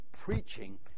preaching